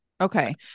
Okay